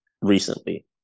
recently